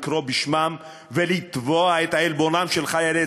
לקרוא בשמם ולתבוע את עלבונם של חיילי